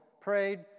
prayed